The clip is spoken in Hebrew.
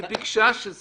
זה מה שהיא ביקשה להגיד.